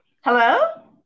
Hello